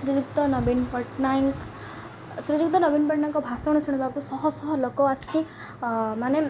ଶ୍ରୀଯୁକ୍ତ ନବୀନ ପଟ୍ଟନାୟକ ଶ୍ରୀଯୁକ୍ତ ନବୀନ ପଟ୍ଟନାୟକଙ୍କ ଭାଷଣ ଶୁଣିବାକୁ ଶହ ଶହ ଲୋକ ଆସିକି ମାନେ